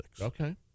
Okay